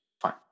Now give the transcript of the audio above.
fine